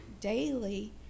daily